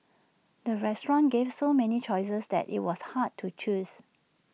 the restaurant gave so many choices that IT was hard to choose